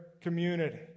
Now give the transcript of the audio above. community